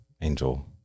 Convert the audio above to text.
angel